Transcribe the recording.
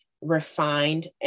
refined